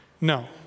no